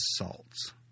assaults